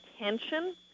attention